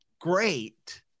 great